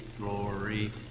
glory